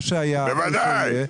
בוודאי.